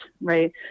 right